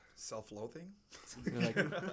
Self-loathing